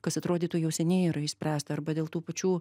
kas atrodytų jau seniai yra išspręsta arba dėl tų pačių